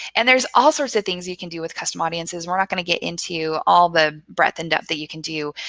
and there's all sorts of things you can do with custom audiences and we're not going to get into all the breadth and depth that you can do